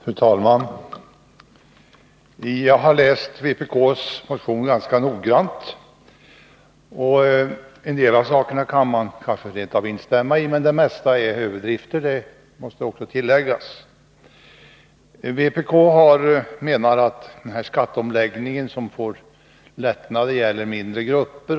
Fru talman! Jag har läst vpk:s motion ganska noggrant, och en del kan man kanske rent av instämma i, men det mesta är överdrifter, det måste också tilläggas. Vpk menar att skatteomläggningen endast ger lättnader åt mindre grupper.